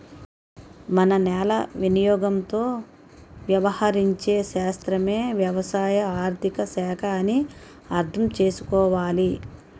మన నేల వినియోగంతో వ్యవహరించే శాస్త్రమే వ్యవసాయ ఆర్థిక శాఖ అని అర్థం చేసుకోవాలి